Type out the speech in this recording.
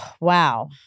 Wow